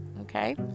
Okay